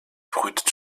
brütet